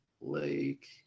lake